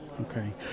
okay